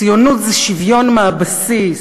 ציונות זה שוויון מהבסיס,